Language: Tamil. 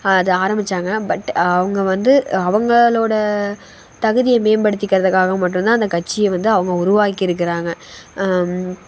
அது ஆரமித்தாங்க பட் அவங்க வந்து அவங்களோடய தகுதியை மேம்படுத்திக்கிறதுக்காக மட்டும்தான் அந்த கட்சியை வந்து அவங்க உருவாக்கியிருக்குறாங்க